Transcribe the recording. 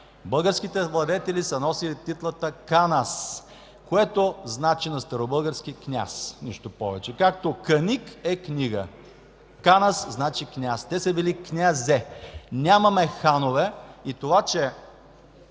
Българските владетели са носили титлата „канас”, което на старобългарски значи „княз”. Нищо повече! Както „книг” е книга. „Канас” значи „княз”, те са били князе. Нямаме ханове и това, че